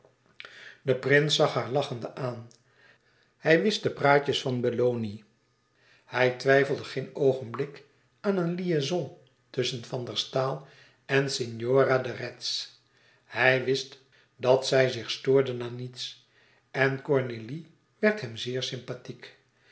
de prins zag haar lachende aan hij wist de praatjes van belloni hij twijfelde geen oogenblik aan een liaison tusschen van der staal en signora de retz hij wist dat zij zich stoorden aan niets en cornélie werd hem zeer sympathiek